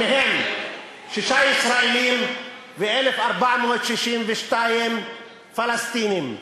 מהם שישה ישראלים ו-1,462 פלסטינים.